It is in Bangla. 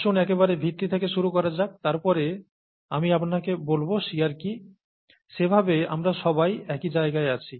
আসুন একেবারে ভিত্তি থেকে শুরু করা যাক তারপরে আমি আপনাকে বলব শিয়ার কী সেভাবে আমরা সবাই একই জায়গায় আছি